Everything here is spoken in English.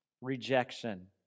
rejection